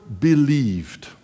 believed